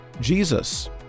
Jesus